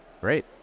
Great